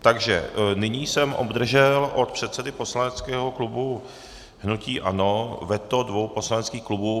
Takže nyní jsem obdržel od předsedy poslaneckého klubu ANO veto dvou poslaneckých klubů.